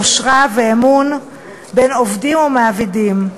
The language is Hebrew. יושרה ואמון בין עובדים ומעבידים.